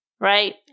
right